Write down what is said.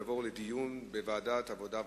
יעבור לדיון לוועדת העבודה,